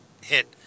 hit